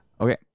Okay